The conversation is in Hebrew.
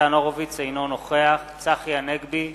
אינו נוכח צחי הנגבי,